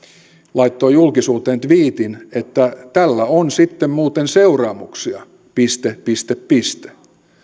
laittoi julkisuuteen tviitin että tällä on sitten muuten seuraamuksia piste piste piste